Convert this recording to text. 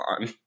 on